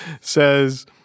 says